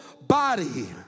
body